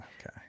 okay